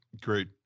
great